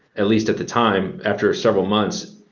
at least at the time after several months,